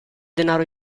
denaro